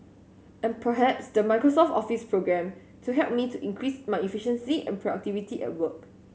and perhaps the Microsoft Office programme to help me to increase my efficiency and productivity at work